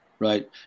Right